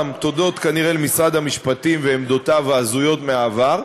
הודות למשרד המשפטים ועמדותיו ההזויות מהעבר,